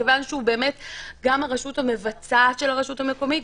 מכיוון שהוא גם הרשות המבצעת של הרשות המקומית,